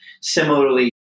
Similarly